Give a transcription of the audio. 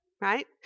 right